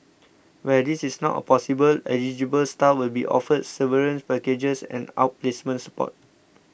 where this is not a possible eligible staff will be offered severance packages and outplacement support